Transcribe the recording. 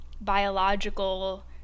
biological